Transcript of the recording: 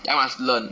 then I must learn